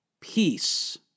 peace